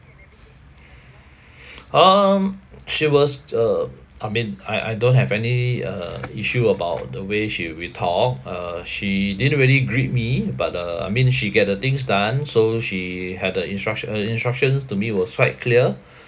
um she was uh I mean I I don't have any uh issue about the way she with talk uh she didn't really greet me but uh I mean she get the things done so she had the instruction uh instructions to me was quite clear